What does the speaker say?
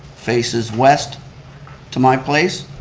faces west to my place.